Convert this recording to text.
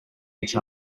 each